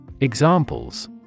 Examples